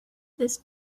this